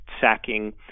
sacking